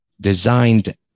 designed